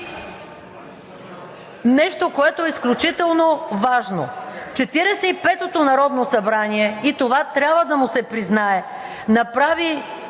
нещо, което е изключително важно. 45-ото народно събрание, и това трябва да му се признае, направи